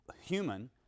human